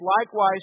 likewise